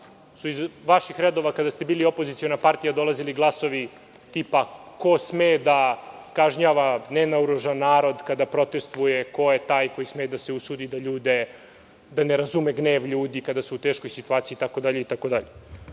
su iz vaših redova kada ste bili opoziciona partija dolazili glasovi tipa ko sme da kažnjava nenaoružan narod kada protestuje ko je taj koji sme da se usudi da ne razume gnev ljudi kada su u teškoj situaciji itd. Ovim